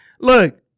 Look